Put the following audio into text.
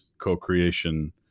co-creation